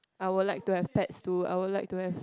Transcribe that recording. I would like to have pets too I would like to have